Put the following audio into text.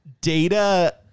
Data